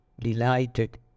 delighted